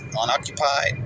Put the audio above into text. unoccupied